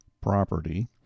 property